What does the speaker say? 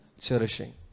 cherishing